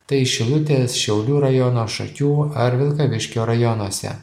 tai šilutės šiaulių rajono šakių ar vilkaviškio rajonuose